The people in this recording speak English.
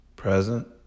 Present